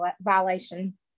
violation